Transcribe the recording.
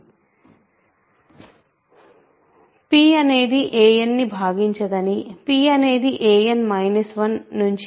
p అనేది anని భాగించదని p అనేది a n 1